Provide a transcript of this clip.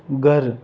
गर